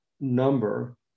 number